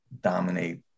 dominate